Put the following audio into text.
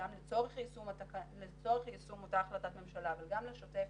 לצורך יישום אותה החלטת ממשלה וגם לשוטף,